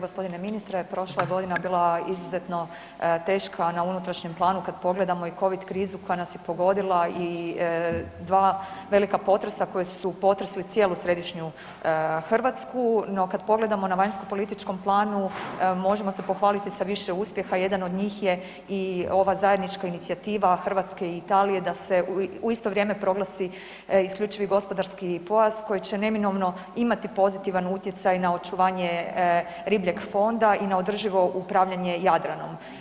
G. ministre, prošla godina je bila izuzetno teška na unutrašnjem planu kad pogledamo i COVID krizu pa nas je pogodila i dva velika potresa koji su potresa cijelu središnju Hrvatsku no kad pogledamo na vanjskom političkom planu, možemo se pohvaliti sa više uspjeha, jedan od njih je i ova zajednička inicijativa Hrvatske i Italije da se u isto vrijeme proglasi IGP koji će neminovno imati pozitivan utjecaj na očuvanje ribljeg fonda i na održivo upravljanje Jadranom.